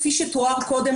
כפי שתואר קודם,